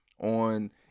on